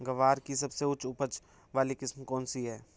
ग्वार की सबसे उच्च उपज वाली किस्म कौनसी है?